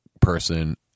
person